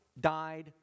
died